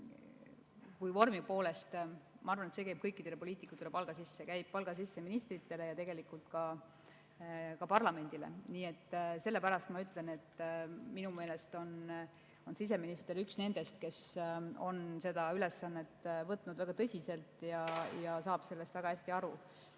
kui ka vormi poolest. Ma arvan, et see käib kõikidel poliitikutel palga sisse, käib palga sisse ministritel ja tegelikult ka parlamendil. Sellepärast ma ütlen, et minu meelest on siseminister üks nendest, kes on seda ülesannet võtnud väga tõsiselt, saab sellest väga hästi aru. Kui